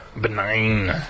Benign